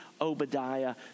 Obadiah